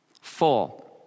Four